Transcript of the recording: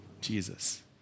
Jesus